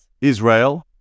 Israel